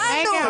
הבנו.